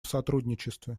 сотрудничестве